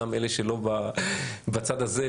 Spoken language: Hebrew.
גם אלה שלא בצד הזה,